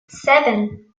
seven